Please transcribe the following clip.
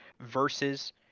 versus